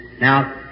now